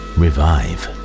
revive